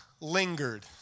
lingered